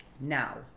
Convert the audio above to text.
now